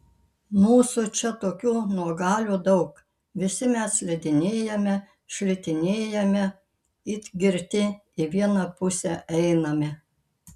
mūsų čia tokių nuogalių daug visi mes slidinėjame šlitinėjame it girti į vieną pusę einame